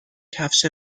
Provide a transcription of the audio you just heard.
کفش